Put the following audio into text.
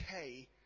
okay